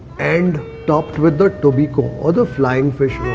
and topped with the tobiko or the flying fish